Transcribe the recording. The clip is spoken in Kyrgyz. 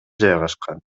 жайгашкан